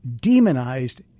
demonized